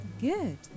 good